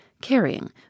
carrying